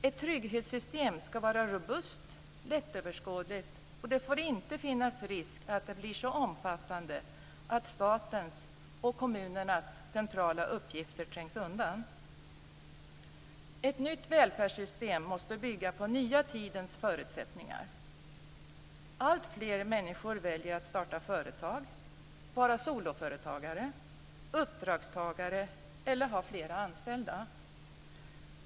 Ett trygghetssystem skall vara robust, lättöverskådligt, och det får inte finnas risk att det blir så omfattande att statens och kommunernas centrala uppgifter trängs undan. Ett nytt välfärdssystem måste bygga på den nya tidens förutsättningar. Alltfler människor väljer att starta företag, vara soloföretagare, uppdragstagare eller ha flera anställda.